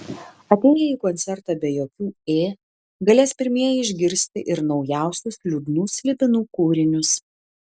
atėję į koncertą be jokių ė galės pirmieji išgirsti ir naujausius liūdnų slibinų kūrinius